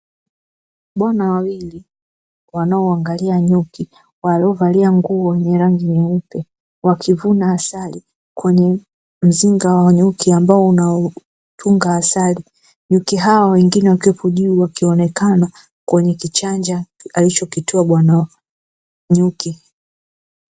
Bwana wawili wanao angalia nyuki waliovalia nguo yenye rangi nyeupe wakivuna asali kwenye mzinga wa nyuki ambao unatunga asali, nyuki hao wengine wakiwepo juu wakionekana kwenye kichanja alichokitoa bwana nyuki.